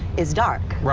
is dark.